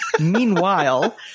Meanwhile